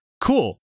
cool